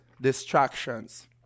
distractions